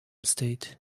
state